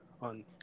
on